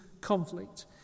conflict